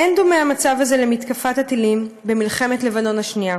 אין דומה המצב הזה למתקפת הטילים במלחמת לבנון השנייה,